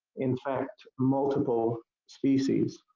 infect multiple species.